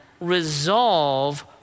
resolve